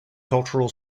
cultural